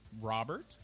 Robert